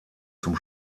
zum